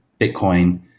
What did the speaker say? Bitcoin